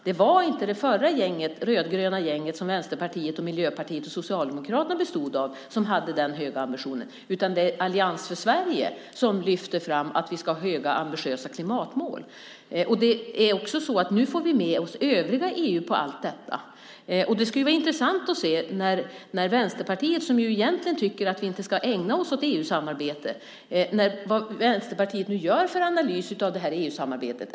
Det var inte det förra rödgröna gänget bestående av Vänsterpartiet, Miljöpartiet och Socialdemokraterna som hade den höga ambitionen, utan det är Allians för Sverige som lyfter fram att vi ska ha höga och ambitiösa klimatmål. Nu får vi dessutom med oss övriga EU på detta. Det skulle vara intressant att se vad Vänsterpartiet, som ju egentligen tycker att vi inte ska ägna oss åt EU-samarbete, gör för analys av samarbetet.